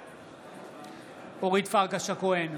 בעד אורית פרקש הכהן,